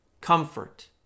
comfort